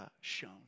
shown